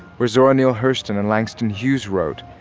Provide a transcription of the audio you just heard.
where zora neale hurston and langston hughes wrote,